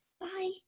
Bye